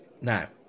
Now